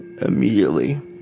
immediately